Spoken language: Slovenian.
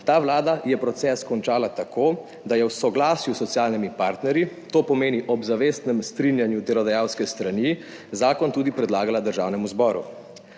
ta vlada je proces končala tako, da je v soglasju s socialnimi partnerji, to pomeni ob zavestnem strinjanju delodajalske strani, zakon tudi predlagala Državnemu zboru.